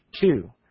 Two